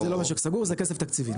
זה לא משק סגור, זה כסף תקציבי.